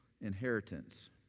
inheritance